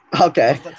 Okay